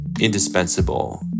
indispensable